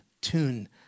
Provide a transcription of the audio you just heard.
tune